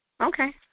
Okay